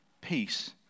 peace